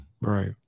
Right